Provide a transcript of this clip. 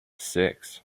six